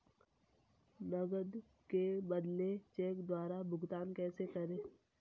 नकद के बदले चेक द्वारा भुगतान कैसे करें?